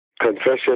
Confession